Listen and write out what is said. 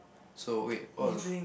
so wait what was the